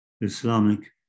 Islamic